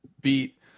beat